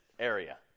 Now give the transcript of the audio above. area